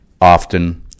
often